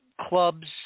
clubs